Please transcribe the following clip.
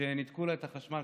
שניתקו לה את החשמל.